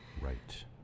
Right